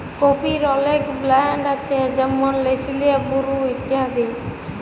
কফির অলেক ব্র্যাল্ড আছে যেমল লেসলে, বুরু ইত্যাদি